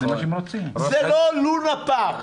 זה לא לונה פארק.